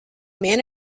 man